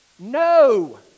no